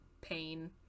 pain